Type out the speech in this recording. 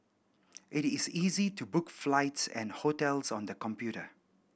it is easy to book flights and hotels on the computer